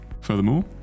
Furthermore